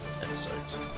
episodes